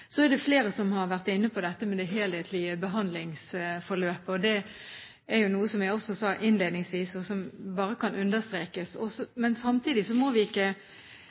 Så er det flere som har vært inne på dette med det helhetlige behandlingsforløpet. Og noe som jeg også sa innledningsvis, og som jeg bare